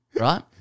Right